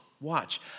watch